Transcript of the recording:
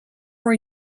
were